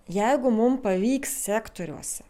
jeigu mums pavyks sektoriuose